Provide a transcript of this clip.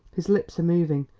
his lips are moving,